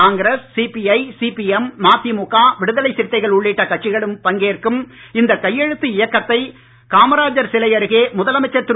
Congress CBI CPM MDMK Viduthalai Chiruthaigal உள்ளிட்ட கட்சிகளும் பங்கேற்கும் இந்த கையெழுத்து இயக்கத்தை காமராஜர் சிலை அருகே முதலமைச்சர் திரு